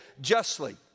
justly